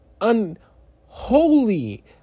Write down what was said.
unholy